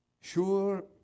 sure